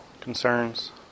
Concerns